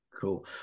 Cool